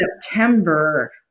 September